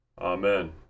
Amen